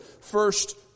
First